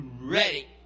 ready